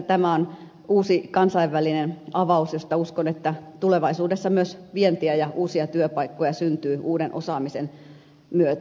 tämä on uusi kansainvälinen avaus josta uskon että tulevaisuudessa myös vientiä ja uusia työpaikkoja syntyy uuden osaamisen myötä